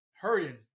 hurting